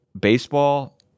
baseball